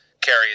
carry